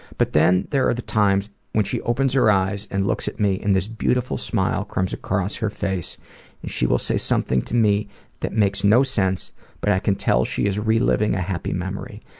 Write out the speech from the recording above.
but, then there are the times when she opens her eyes and looks at me and this beautiful smile comes across her face and she will say something to me that makes no sense but i can tell she is reliving a happy memory.